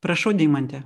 prašau deimante